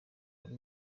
wari